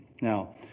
Now